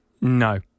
No